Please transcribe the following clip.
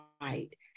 right